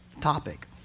topic